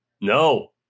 No